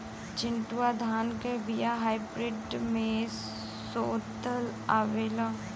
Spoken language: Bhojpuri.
चिन्टूवा धान क बिया हाइब्रिड में शोधल आवेला?